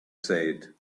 said